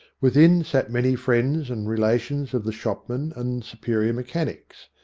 within sat many friends and relations of the shopmen and superior mechanics,